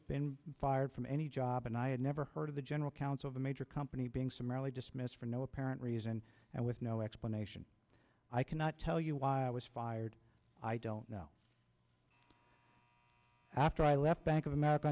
been fired from any job and i had never heard of the general counsel of a major company being summarily dismissed for no apparent reason and with no explanation i cannot tell you why i was fired i don't know after i left bank of america